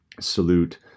salute